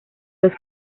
los